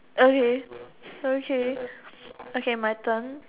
okay okay okay my turn